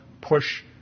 push